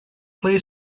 play